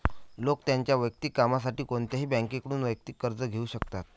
लोक त्यांच्या वैयक्तिक कामासाठी कोणत्याही बँकेकडून वैयक्तिक कर्ज घेऊ शकतात